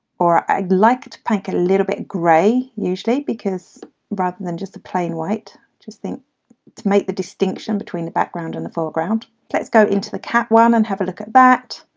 or i like to paint a little bit grey usually because rather than just a plain white i just think to make the distinction between the background and the foreground. let's go into the cat one and have a look at that.